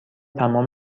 تمام